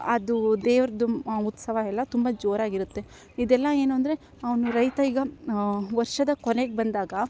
ಅದು ದೇವರದು ಉತ್ಸವ ಎಲ್ಲ ತುಂಬ ಜೋರಾಗಿರುತ್ತೆ ಇದೆಲ್ಲ ಏನು ಅಂದರೆ ಅವನು ರೈತ ಈಗ ವರ್ಷದ ಕೊನೆಗೆ ಬಂದಾಗ